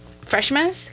freshmen